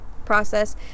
process